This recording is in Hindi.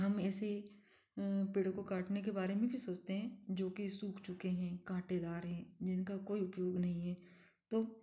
हम ऐसे पेड़ों को काटने के बारे में भी सोचते हैं जो की सूख चुके हैं कांटेदार हैं जिनका कोई उपयोग नहीं है तो